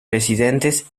residentes